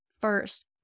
first